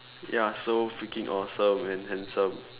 you're so freaking awesome and handsome